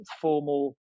formal